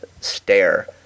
stare